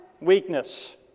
weakness